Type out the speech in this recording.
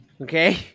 okay